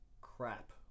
crap